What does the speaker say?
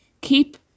keep